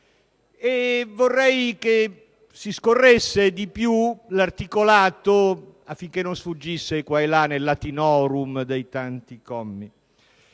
Vorrei che si scorresse di più l'articolato affinché non sfuggisse qua e là, nel *latinorum* dei tanti commi,